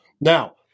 Now